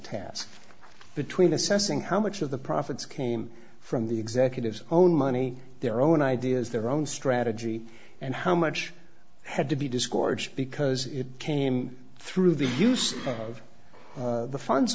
task between assessing how much of the profits came from the executives own money their own ideas their own strategy and how much had to be discord because it came through the use of the funds